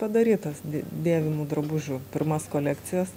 padaryt tas dė dėvimų drabužių pirmas kolekcijas